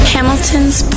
Hamilton's